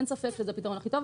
אין ספק שזה הפתרון הכי טוב,